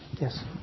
Yes